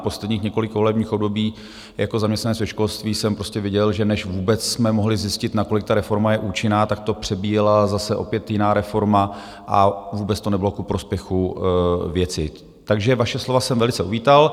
V posledních několika volebních obdobích jako zaměstnanec ve školství jsem viděl, že než vůbec jsme mohli zjistit, nakolik ta reforma je účinná, tak to přebíjela zase opět jiná reforma a vůbec to nebylo ku prospěchu věci, takže vaše slova jsem velice uvítal.